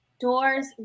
Doors